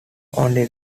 only